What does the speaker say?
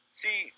see